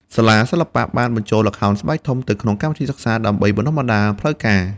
សាលាសិល្បៈ បានបញ្ចូលល្ខោនស្បែកធំទៅក្នុងកម្មវិធីសិក្សាដើម្បីបណ្តុះបណ្តាលផ្លូវការ។